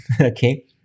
Okay